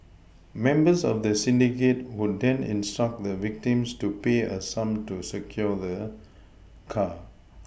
members of the syndicate would then instruct the victims to pay a sum to secure the car